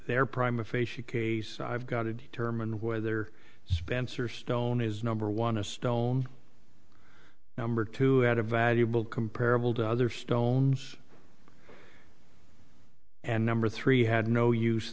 their prime aphasia case i've got to determine whether spencer stone is number one a stone number two had a valuable comparable to other stones and number three had no use